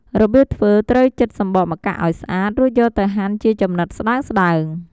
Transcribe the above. របៀបធ្វើត្រូវចិតសំបកម្កាក់ឱ្យស្អាត រួចយកទៅហាន់ជាចំណិតស្តើងៗ។